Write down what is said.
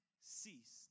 ceased